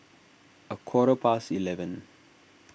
a quarter past eleven